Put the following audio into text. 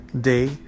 day